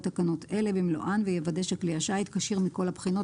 תקנות אלה במלואן ויוודא שכלי השיט יהיה כשיר מכל הבחינות